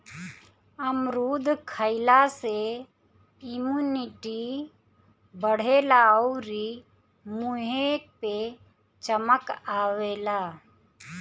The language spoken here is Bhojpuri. अमरूद खइला से इमुनिटी बढ़ेला अउरी मुंहे पे चमक आवेला